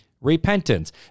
repentance